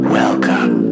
welcome